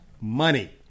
money